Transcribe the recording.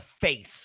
face